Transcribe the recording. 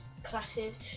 classes